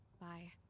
Bye